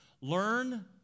Learn